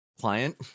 client